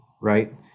right